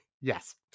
Yes